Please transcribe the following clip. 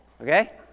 Okay